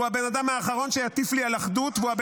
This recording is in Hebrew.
הוא הבן אדם האחרון שיטיף לי על אחדות והוא